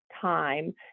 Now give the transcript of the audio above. time